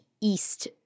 east